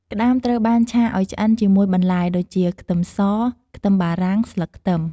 ក្តាមត្រូវបានឆាឱ្យឆ្អិនជាមួយបន្លែដូចជា ខ្ទឹមស ខ្ទឹមបារាំង ស្លឹកខ្ទឹម។